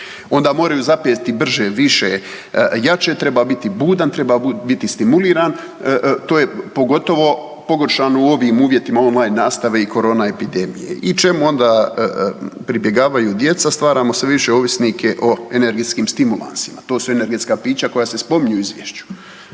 Onda moraju zapeti brže, više, jače, treba biti budan, treba biti stimuliran, to je, pogotovo pogoršano u ovim uvjetima online nastave i korona epidemije i čemu onda pribjegavaju djeca? Stvaramo sve više ovisnike o energetskim stimulansima, to su energetska pića koja se spominju u Izvješću,